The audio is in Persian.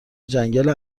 جنگل